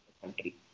country